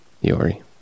Yori